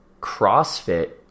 CrossFit